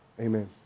Amen